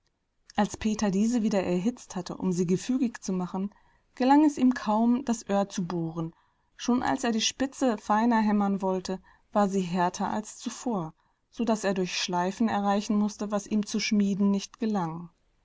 als peter diese wieder erhitzt hatte um sie gefügig zu machen gelang es ihm kaum das öhr zu bohren schon als er die spitze feiner hämmern wollte war sie härter als zuvor so daß er durch schleifen erreichen mußte was ihm zu schmieden nicht gelang